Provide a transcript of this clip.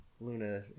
Luna